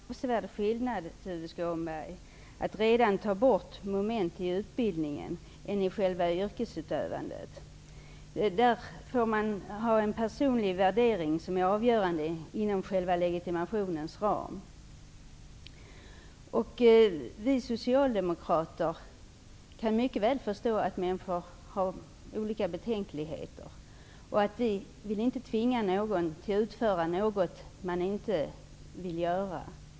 Herr talman! Det är en avsevärd skillnad, Tuve Skånberg, att redan ta bort moment i utbildningen. I själva yrkesutövandet är den personliga värderingen inom själva legitimationens ram avgörande. Vi socialdemokrater kan mycket väl förstå att människor har olika betänkligheter. Vi vill inte tvinga någon till att utföra något man inte vill göra.